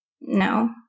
no